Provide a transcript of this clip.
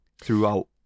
throughout